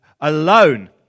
alone